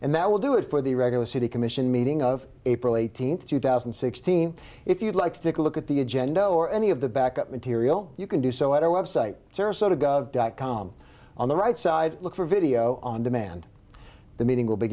and that will do it for the regular city commission meeting of april eighteenth two thousand and sixteen if you'd like to take a look at the agenda or any of the backup material you can do so at our website sarasota gov dot com on the right side look for video on demand the meeting will be